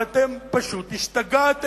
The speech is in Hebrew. אבל אתם פשוט השתגעתם.